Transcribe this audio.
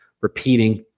repeating